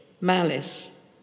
malice